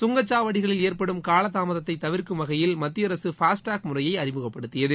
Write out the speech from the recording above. கங்கச் சாவடிகளில் ஏற்படும் காலதாமதத்தை தவிர்க்கும் வகையில் மத்திய அரசு ஃபாஸ்டக் முறைய அறிமுகப்படுத்தியது